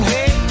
Hey